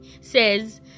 says